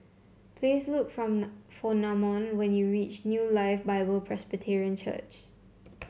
please look from for Namon when you reach New Life Bible Presbyterian Church